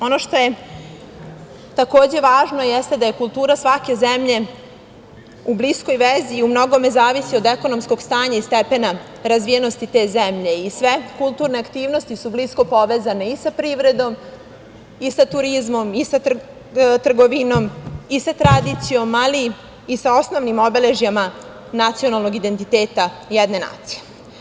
Ono što je, takođe, važno jeste da je kultura svake zemlje u bliskoj vezi i u mnogome zavisi od ekonomskog stanja i stepena razvijenosti te zemlji i sve kulturne aktivnosti su blisko povezane i sa privredom i sa turizmom i sa trgovinom i sa tradicijom, ali i sa osnovnim obeležjima nacionalnog identiteta jedne nacije.